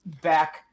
back